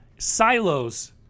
Silos